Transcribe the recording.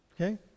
Okay